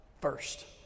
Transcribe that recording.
first